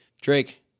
Drake